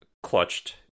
clutched